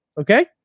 Okay